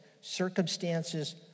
circumstances